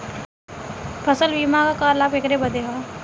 फसल बीमा क लाभ केकरे बदे ह?